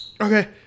Okay